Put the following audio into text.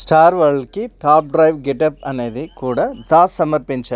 star వరల్డ్కి top drive getup అనేది కూడా పాస్ సమర్పించా